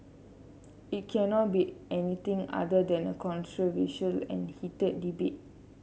it cannot be anything other than a controversial and heated debate